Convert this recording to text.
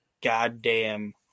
goddamn